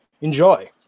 enjoy